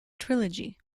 trilogy